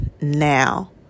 now